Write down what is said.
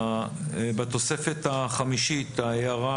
בתוספת החמישית, ההערה